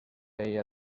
ell